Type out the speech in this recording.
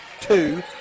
two